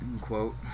quote